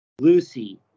Lucy